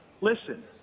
listen